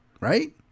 right